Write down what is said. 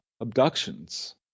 abductions